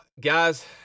guys